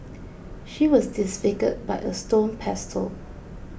she was disfigured by a stone pestle